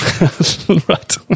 right